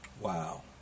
Wow